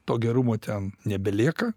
to gerumo ten nebelieka